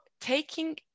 taking